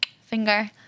finger